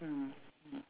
mm mm